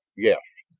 yes.